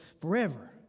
forever